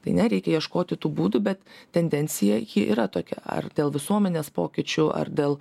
tai ne reikia ieškoti tų būdų bet tendencija ji yra tokia ar dėl visuomenės pokyčių ar dėl